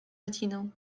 łacinę